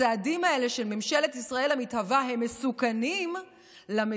הצעדים האלה של ממשלת ישראל המתהווה הם מסוכנים למדינה,